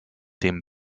dem